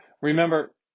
Remember